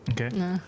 okay